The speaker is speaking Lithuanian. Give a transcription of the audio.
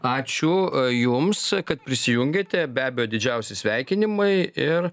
ačiū jums kad prisijungėte be abejo didžiausi sveikinimai ir